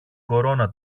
κορώνα